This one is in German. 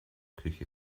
küche